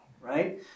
right